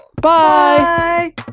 Bye